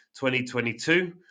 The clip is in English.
2022